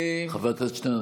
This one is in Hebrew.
חבר הכנסת שטרן,